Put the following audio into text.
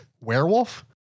werewolf